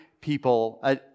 people